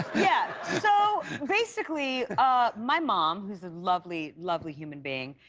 yeah. so basically ah my mom who is a lovely, lovely human being,